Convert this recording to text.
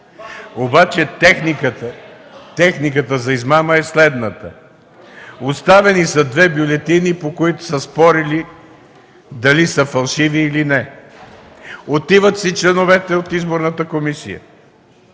Техниката за измама е следната: оставили са две бюлетини, по които са спорели дали са фалшиви или не. Членовете от изборната комисия